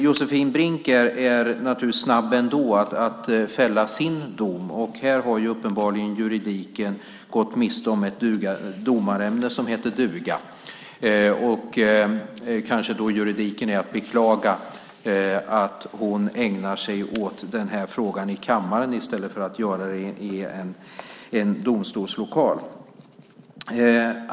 Josefin Brink är naturligtvis snabb ändå att fälla sin dom. Här har uppenbarligen juridiken gått miste om ett domarämne som heter duga. Kanske juridiken är att beklaga att hon ägnar sig åt den här frågan i kammaren i stället för att göra det i en domstolslokal.